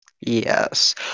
Yes